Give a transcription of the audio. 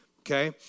okay